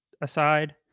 aside